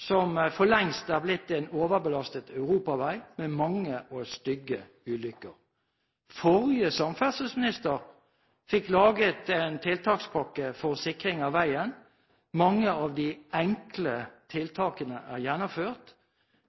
som for lengst er blitt en overbelastet europavei med mange og stygge ulykker. Den forrige samferdselsministeren fikk laget en tiltakspakke for sikring av veien. Mange av de enkle tiltakene er gjennomført.